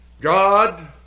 God